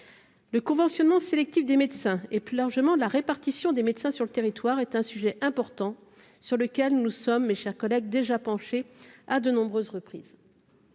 Le conventionnement sélectif des médecins, et plus largement la répartition des médecins sur le territoire est un sujet important sur lequel nous nous sommes, mes chers collègues, déjà penchés à de nombreuses reprises.